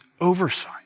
oversight